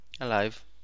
alive